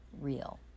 real